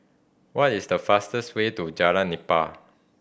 what is the fastest way to Jalan Nipah